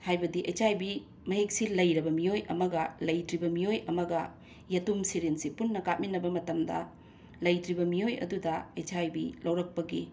ꯍꯥꯏꯕꯗꯤ H I V ꯃꯍꯤꯛꯁꯤ ꯂꯩꯔꯕ ꯃꯤꯑꯣꯏ ꯑꯃꯒ ꯂꯩꯇ꯭ꯔꯤꯕ ꯃꯤꯑꯣꯏ ꯑꯃꯒ ꯌꯦꯇꯨꯝ ꯁꯤꯔꯤꯟꯁꯤ ꯄꯨꯟꯅ ꯀꯥꯞꯃꯤꯟꯅꯕ ꯃꯇꯝꯗ ꯂꯩꯇ꯭ꯔꯤꯕ ꯃꯤꯑꯣꯏ ꯑꯗꯨꯗ ꯑꯩꯠꯆ ꯑꯥꯏ ꯕꯤ ꯂꯧꯔꯛꯄꯒꯤ